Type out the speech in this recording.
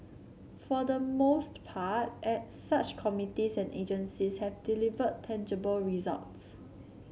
for the most part at such committees and agencies have delivered tangible results